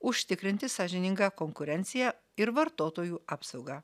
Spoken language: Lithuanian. užtikrinti sąžiningą konkurenciją ir vartotojų apsaugą